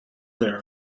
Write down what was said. there